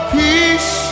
peace